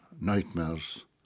nightmares